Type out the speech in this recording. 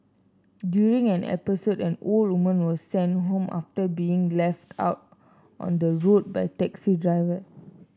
during an episode an old woman was sent home after being left out on the road by a taxi driver